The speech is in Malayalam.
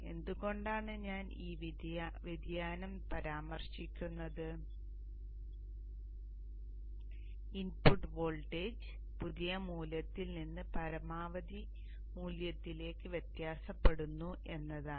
എന്തുകൊണ്ടാണ് ഞാൻ ഈ വ്യതിയാനം പരാമർശിക്കുന്നത് ഇൻപുട്ട് വോൾട്ടേജ് പുതിയ മൂല്യത്തിൽ നിന്ന് പരമാവധി മൂല്യത്തിലേക്ക് വ്യത്യാസപ്പെടുന്നു എന്നതാണ്